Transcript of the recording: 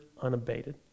unabated